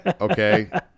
Okay